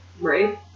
Right